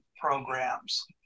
programs